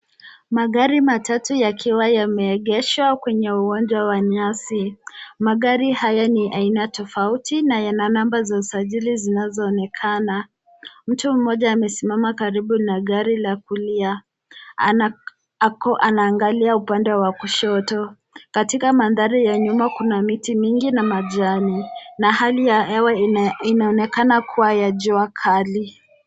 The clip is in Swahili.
Magari matatu yakiwa yameegeshwa kwenye uwanja wa nyasi. Magari haya ni aina tofauti na yana namba za usajili zinazoonekana. Mtu mmoja amesimama karibu na gari la kulia ako anaangalia upande wa kushoto. Katika mandhari ya nyuma kuna miti mingi na majani na hali ya hewa inaonekana kuwa ya jua kali